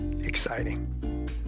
exciting